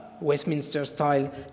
Westminster-style